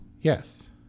Yes